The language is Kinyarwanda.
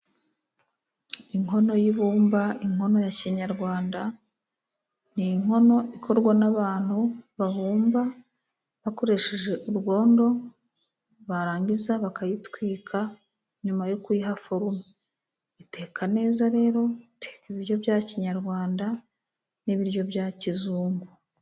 Inkono y'ibumba ,inkono ya kinyarwanda ni inkono ikorwa n'abantu babumba bakoresheje urwondo barangiza bakayitwika nyuma yo kuyiha forume Iteka neza rero, iteka ibiryo bya kinyarwanda n'ibiryo bya kizungu.